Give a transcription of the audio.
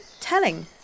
telling